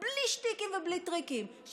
בלי שטיקים ובלי טריקים,